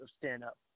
stand-up